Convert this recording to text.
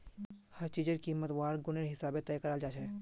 हर चीजेर कीमत वहार गुनेर हिसाबे तय कराल जाछेक